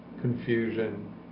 confusion